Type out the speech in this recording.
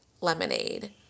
lemonade